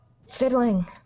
Fiddling